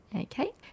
okay